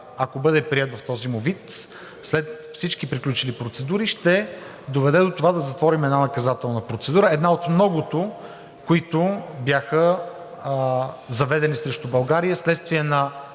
ако бъде приет в този му вид, след всички приключили процедури, ще доведе до това да затворим една наказателна процедура – една от многото, които бяха заведени срещу България, вследствие на